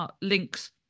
links